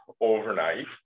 overnight